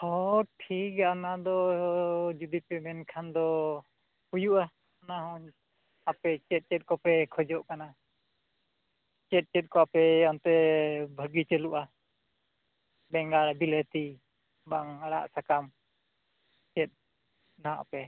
ᱦᱮᱸ ᱴᱷᱤᱠ ᱜᱮᱭᱟ ᱚᱱᱟᱫᱚ ᱡᱩᱫᱤ ᱯᱮ ᱢᱮᱱᱠᱷᱟᱱ ᱫᱚ ᱦᱩᱭᱩᱜᱼᱟ ᱚᱱᱟ ᱦᱚᱸ ᱟᱯᱮ ᱪᱮᱫ ᱪᱮᱫ ᱠᱚᱯᱮ ᱠᱷᱚᱡᱚᱜ ᱠᱟᱱᱟ ᱪᱮᱫ ᱪᱮᱫ ᱠᱚ ᱟᱯᱮ ᱚᱱᱛᱮ ᱵᱷᱟᱹᱜᱤ ᱪᱟᱹᱞᱩᱜᱼᱟ ᱵᱮᱸᱜᱟᱲ ᱵᱤᱞᱟᱹᱛᱤ ᱵᱟᱝ ᱟᱲᱟᱜ ᱥᱟᱠᱟᱢ ᱪᱮᱫ ᱦᱟᱜ ᱯᱮ